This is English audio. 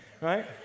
right